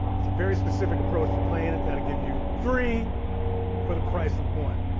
it's a very specific approach to playing it that'll give you three for the price of one.